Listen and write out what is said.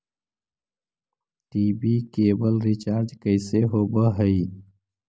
TV cable recharge कैसे होब हइ?